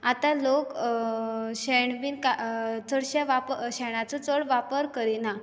आतां लोक शेण बी चडशे वापरनात शेणाचो चड वापर करिना